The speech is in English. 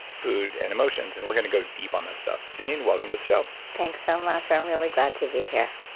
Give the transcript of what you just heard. food, and emotions. and we're going to go deep on that stuff. geneen, welcome to the show. thanks so much, i'm really glad to be here.